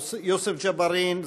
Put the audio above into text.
יוסף ג'בארין,